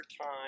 time